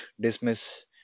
dismiss